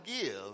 give